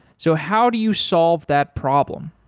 so how do you solve that problem?